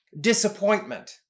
disappointment